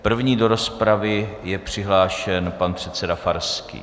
První do rozpravy je přihlášen pan předseda Farský.